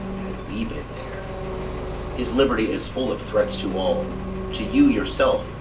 had we been there his liberty is full of threats to all to you yourself,